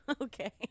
Okay